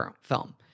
film